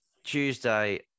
Tuesday